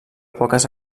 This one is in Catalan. poques